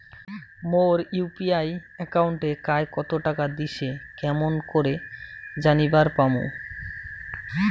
মোর UPI একাউন্টে কায় কতো টাকা দিসে কেমন করে জানিবার পামু?